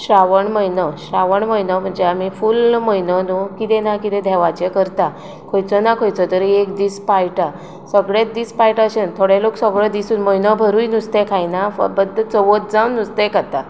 श्रावण म्हयनो श्रावण म्हयनो म्हणजे आमी फूल म्हयनो न्हय कितें ना कितें देवाचें करता खंयचो ना खंयचो तरी एक दीस पाळटा सगळेच दीस पाळटा अशें न्हय थोडे लोक सगळो दिसूच म्हयनो भरूय नुस्तें खायना फ बद्द चवथ जावन नुस्तें खाता